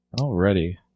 already